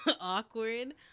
awkward